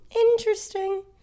interesting